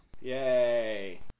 Yay